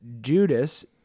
Judas